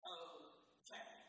okay